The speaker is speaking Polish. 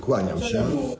Kłaniam się.